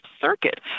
Circuit